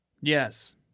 Yes